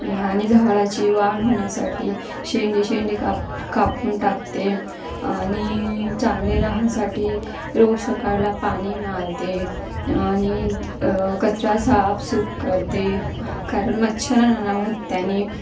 आणि झावळाची वाढ होण्यासाठी शेंडी शेंडी काप कापून टाकते आणि चांगले राहासाठी रोज सकाळला पाणी मारते आणि कचरा साफसूप करते कारण मच्छर ना ना होत त्यानी